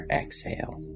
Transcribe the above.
exhale